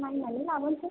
नायनानै लाबोनोसै